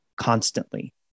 constantly